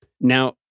Now